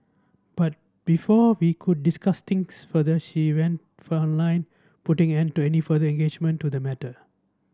but before we could discuss this further she went for online putting an end to any further engagement to the matter